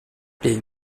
les